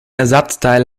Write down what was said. ersatzteil